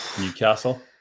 newcastle